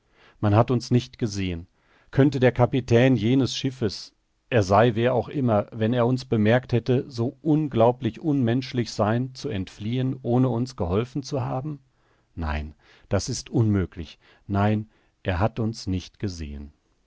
man hat uns nicht gesehen könnte der kapitän jenes schiffes er sei wer auch immer wenn er uns bemerkt hätte so unglaublich unmenschlich sein zu entfliehen ohne uns geholfen zu haben nein das ist unmöglich nein er hat uns nicht gesehen